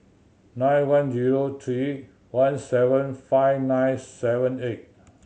nine one zero three one seven five nine seven eight